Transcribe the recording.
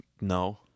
No